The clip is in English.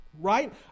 Right